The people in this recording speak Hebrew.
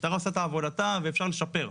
המשטרה עושה את עבודתה ואפשר לשפר,